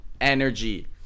energy